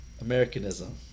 Americanism